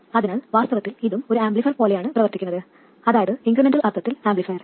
അതിനാൽ വാസ്തവത്തിൽ ഇതും ഒരു ആംപ്ലിഫയർ പോലെയാണ് പ്രവർത്തിക്കുന്നത് അതായത് ഇൻക്രിമെന്റൽ അർത്ഥത്തിൽ ആംപ്ലിഫയർ